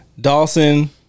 Dawson